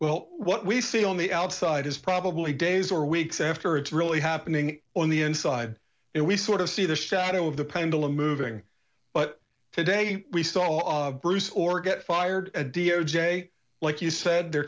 well what we see on the outside is probably days or weeks after it's really happening on the inside and we sort of see the shadow of the pendulum moving but today we saw a bruise or get fired d o j like you said they're